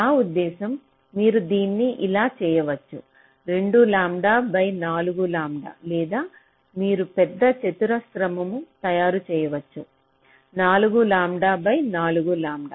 నా ఉద్దేశ్యం మీరు దీన్ని ఇలా చేయవచ్చు 2 లాంబ్డా బై 4 లాంబ్డా లేదా మీరు పెద్ద చతురస్రము తయారు చేయవచ్చు 4 లాంబ్డా బై 4 లాంబ్డా